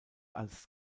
als